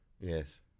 Yes